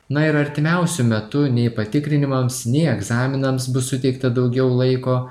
na ir artimiausiu metu nei patikrinimams nei egzaminams bus suteikta daugiau laiko